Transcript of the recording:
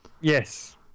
yes